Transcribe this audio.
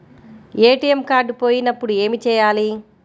ATM card పోయినప్పుడు ఏమి చేయాలి?